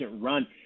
run